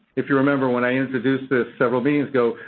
if you remember, when i introduced this several meetings ago,